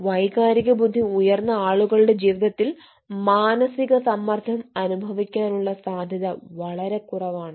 വൈകാരിക ബുദ്ധി ഉയർന്ന ആളുകളുടെ ജീവിതത്തിൽ മാനസിക സമ്മർദ്ദം അനുഭവിക്കാനുള്ള സാധ്യത വളരെ കുറവാണ്